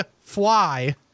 fly